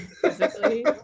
physically